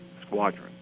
Squadron